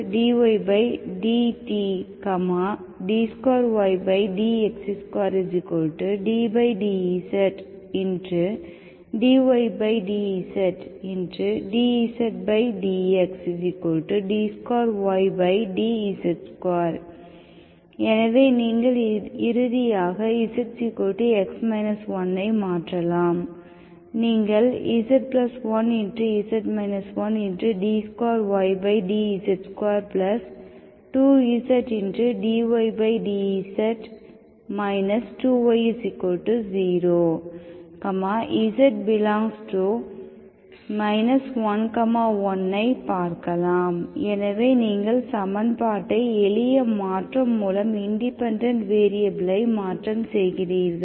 dzdxdydt d2ydx2ddzdydzdzdx d2ydz2 எனவே நீங்கள் இறுதியாக z x 1 ஐமாற்றலாம் நீங்கள் z1z 1d2ydz22zdydz 2y0 z∈ 11 ஐ பார்க்கலாம் எனவே நீங்கள் சமன்பாடை எளிய மாற்றம் மூலம் இண்டிபெண்டெண்ட் வேரியபிள் ஐ மாற்றம் செய்கிறீர்கள்